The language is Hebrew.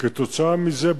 כתוצאה מזה,